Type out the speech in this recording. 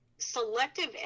Selective